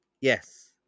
yes